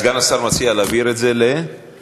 אדוני סגן השר מציע להעביר את זה פנים.